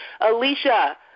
Alicia